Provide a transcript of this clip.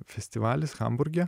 festivalis hamburge